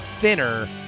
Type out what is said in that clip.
thinner